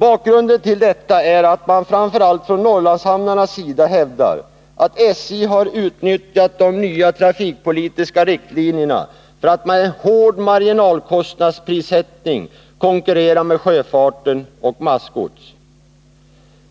Bakgrunden till detta är att man framför allt från Norrlandshamnarnas sida hävdar att SJ har utnyttjat de nya trafikpolitiska riktlinjerna för att med en hård marginalkostnadsprissättning konkurrera med sjöfarten om massgods.